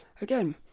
again